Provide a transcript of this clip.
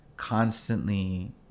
constantly